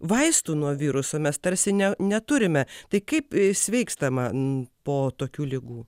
vaistų nuo viruso mes tarsi ne neturime tai kaip sveikstama po tokių ligų